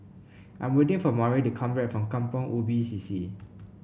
I'm waiting for Mari to come back from Kampong Ubi C C